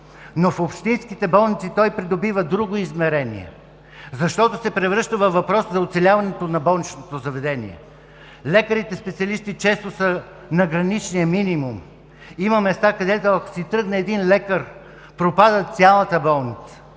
но в общинските болници той придобива друго измерение, защото се превръща във въпрос за оцеляването на болничното заведение. Лекарите специалисти често са на граничния минимум, има места, където, ако си тръгне един лекар, пропада цялата болница.